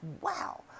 wow